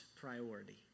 priority